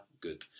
good